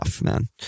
man